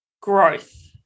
growth